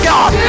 God